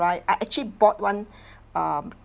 right I actually bought one um